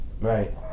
right